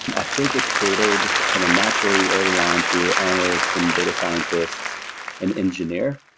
and i think it catered kind of naturally early on to analysts and data scientists and engineer,